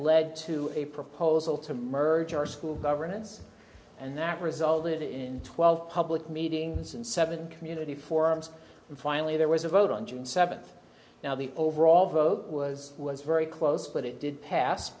led to a proposal to merge our school governance and that resulted in twelve public meetings and seven community forums and finally there was a vote on june seventh now the overall vote was was very close but it did pass